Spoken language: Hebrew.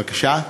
בבקשה?